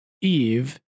Eve